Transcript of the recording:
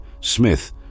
smith